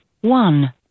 one